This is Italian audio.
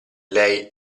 lei